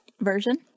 version